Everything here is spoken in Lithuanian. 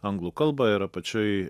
anglų kalba ir apačioj